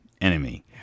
enemy